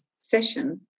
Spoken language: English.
session